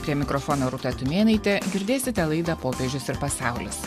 prie mikrofono rūta tumėnaitė girdėsite laidą popiežius ir pasaulis